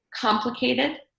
complicated